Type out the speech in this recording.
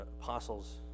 apostles